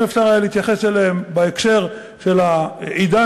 אם אפשר היה להתייחס אליהן בהקשר של העידן